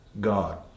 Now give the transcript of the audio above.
God